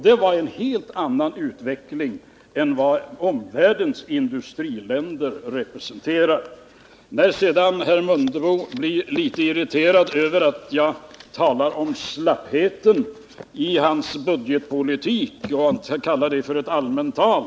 Det varen helt annan utveckling än vad omvärldens industriländer representerade. Herr Mundebo blev litet irriterad över att jag talade om slappheten i hans budgetpolitik, och han kallade det ett allmänt tal.